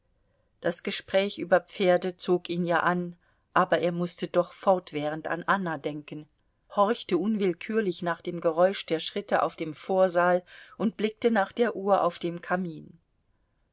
das gespräch über pferde zog ihn ja an aber er mußte doch fortwährend an anna denken horchte unwillkürlich nach dem geräusch der schritte auf dem vorsaal und blickte nach der uhr auf dem kamin